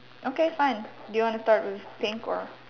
okay fine do you want to start with pink or